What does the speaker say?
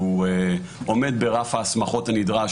שהוא עומד ברף הסמכות הנדרש,